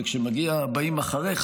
וכשמגיעים הבאים אחריך,